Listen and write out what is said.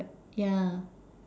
ya